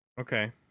Okay